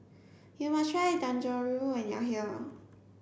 you must try Dangojiru when you are here